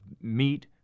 meat